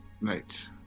Night